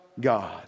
God